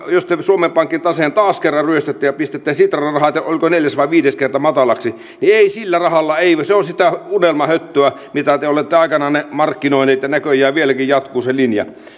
jos te suomen pankin taseen taas kerran ryöstätte ja pistätte sitran rahat ja oliko neljäs vai viides kerta matalaksi niin ei sillä rahalla se on sitä unelmahöttöä mitä te olette aikananne markkinoineet ja näköjään vieläkin jatkuu se linja